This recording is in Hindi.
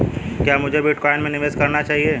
क्या मुझे बिटकॉइन में निवेश करना चाहिए?